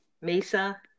Mesa